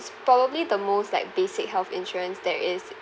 probably the most like basic health insurance there is